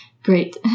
Great